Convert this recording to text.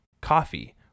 coffee